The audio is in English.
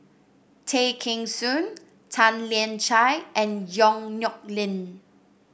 Tay Kheng Soon Tan Lian Chye and Yong Nyuk Lin